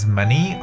money